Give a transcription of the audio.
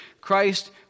Christ